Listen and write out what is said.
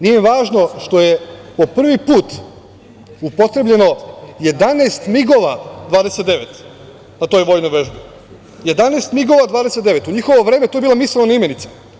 Nije važno što je po prvi put upotrebljeno 11 MIG-ova 29, na toj vojnoj vežbi, u njihovo vreme je to bila misaona imenica.